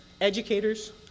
educators